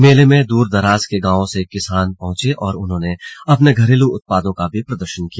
मेले में दूर दूराज के गांवों से किसान पहुंचे और उन्होंने अपने घरेलू उत्पादों का भी प्रदर्शन किया